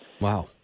Wow